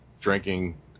drinking